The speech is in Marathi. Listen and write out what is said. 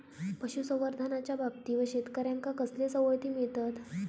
पशुसंवर्धनाच्याबाबतीत शेतकऱ्यांका कसले सवलती मिळतत?